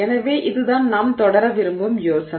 எனவே இதுதான் நாம் தொடர விரும்பும் யோசனை